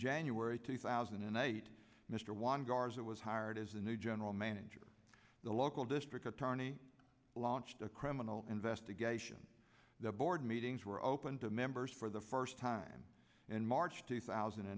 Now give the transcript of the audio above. january two thousand and eight mr juan garza was hired as a new general manager the local district attorney launched a criminal investigation the board meetings were open to members for the first time in march two thousand a